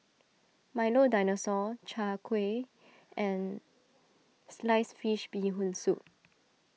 Milo Dinosaur Chai Kuih and Sliced Fish Bee Hoon Soup